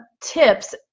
tips